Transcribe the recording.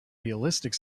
realistic